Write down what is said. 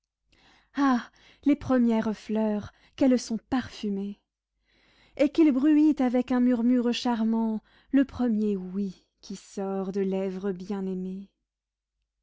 ah les premières fleurs qu'elles sont parfumées et qu'il bruit avec un murmure charmant le premier oui qui sort de lèvres bien-aimées